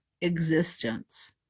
existence